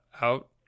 out